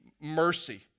mercy